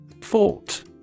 Fort